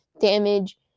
damage